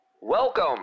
Welcome